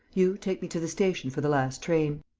you, take me to the station for the last train.